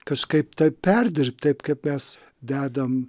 kažkaip tai perdirbt taip kaip mes dedam